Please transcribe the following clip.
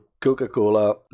Coca-Cola